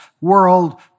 world